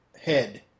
head